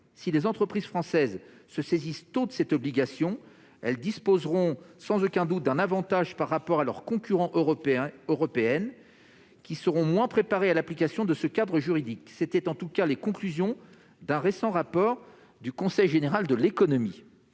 Si les entreprises françaises se saisissent suffisamment tôt de cette obligation, elles disposeront sans aucun doute d'un avantage par rapport à leurs concurrentes européennes, qui seront moins préparées à l'application de ce nouveau cadre juridique. Telles étaient d'ailleurs les conclusions d'un récent rapport du Conseil général de l'économie.